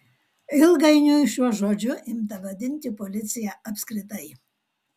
ilgainiui šiuo žodžiu imta vadinti policiją apskritai